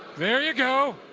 there you go!